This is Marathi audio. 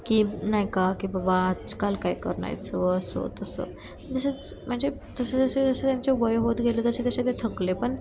की नाही का की बाबा आजकाल काय करण्याचं असं तसं दिस इज म्हणजे जसे जसे जसे त्यांचे वय होत गेले तसे तसे ते थकले पण